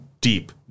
deep